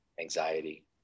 anxiety